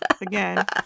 again